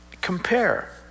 Compare